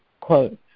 quote